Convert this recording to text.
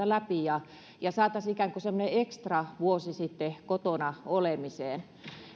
läpi ja ja saataisiin ikään kuin semmoinen ekstravuosi sitten kotona olemiseen